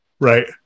right